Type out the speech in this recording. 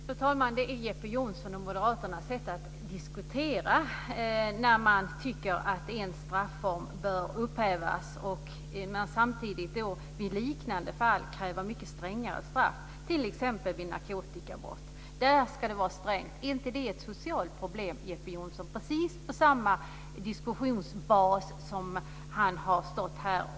Fru talman! Jeppe Johnsson och moderaterna har ett speciellt sätt att diskutera. Man tycker att en strafform bör upphävas och kräver samtidigt i liknande fall mycket strängare straff, t.ex. vid narkotikabrott. Där ska det vara strängt. Är inte det ett socialt problem, Jeppe Johnsson, utifrån precis samma diskussionsbas som använts här?